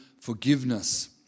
forgiveness